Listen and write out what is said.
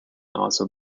also